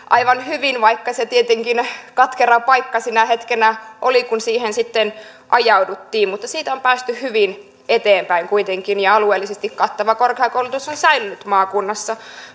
aivan hyvin vaikka se tietenkin katkera paikka sinä hetkenä oli kun siihen sitten ajauduttiin mutta siitä on päästy hyvin eteenpäin kuitenkin ja alueellisesti kattava korkeakoulutus on säilynyt maakunnassa